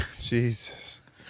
Jesus